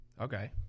Okay